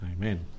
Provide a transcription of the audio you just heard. amen